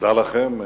תודה לך, תודה לכם,